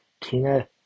Tina